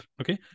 Okay